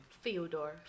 Fyodor